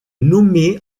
nommée